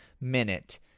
minute